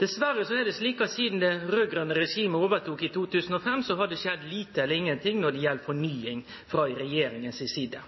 Dessverre er det slik at sidan det raud-grøne regimet overtok i 2005, så har det skjedd lite eller ingenting når det gjeld fornying, frå regjeringa si side.